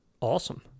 awesome